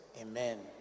amen